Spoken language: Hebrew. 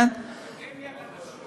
האקדמיה ללשון.